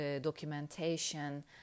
documentation